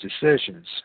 decisions